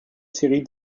série